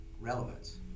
relevance